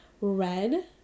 red